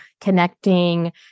connecting